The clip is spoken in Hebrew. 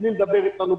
בלי לדבר איתנו,